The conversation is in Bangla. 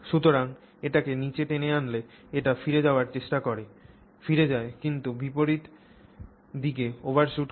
সুতরাং এটিকে নীচে টেনে আনলে এটি ফিরে যাওয়ার চেষ্টা করে ফিরে যায় কিন্তু বিপরীত দিকে ওভারশুট করে